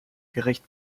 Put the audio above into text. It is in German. gerecht